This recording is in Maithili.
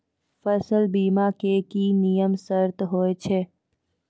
फसल बीमा के की नियम सर्त होय छै?